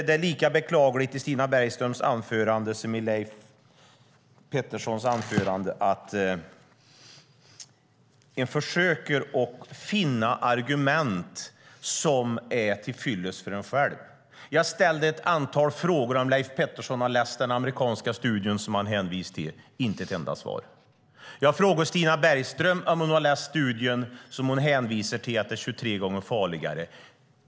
Det är beklagligt att både Stina Bergström och Leif Pettersson i sina anföranden försöker finna argument som är till fyllest för dem själva. Jag ställde ett antal frågor, bland annat om Leif Pettersson hade läst den amerikanska studie som han hänvisade till. Jag fick inget enda svar. Jag frågade Stina Bergström om hon hade läst den studie som hon hänvisade till, att det är 23 gånger farligare.